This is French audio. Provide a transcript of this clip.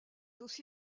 aussi